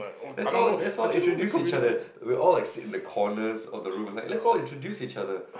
let's all let's all introduce each other we all like sit in the corners of the room let's all introduce each other